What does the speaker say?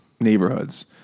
neighborhoods